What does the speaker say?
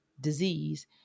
disease